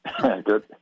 Good